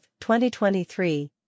2023